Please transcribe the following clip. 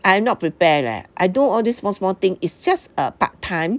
I am not prepare leh I do all this small small thing it's just a part time